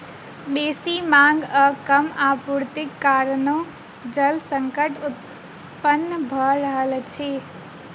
बेसी मांग आ कम आपूर्तिक कारणेँ जल संकट उत्पन्न भ रहल अछि